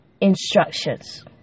instructions